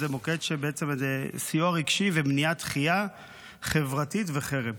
זה למוקד של סיוע רגשי ומניעת דחייה חברתית וחרם.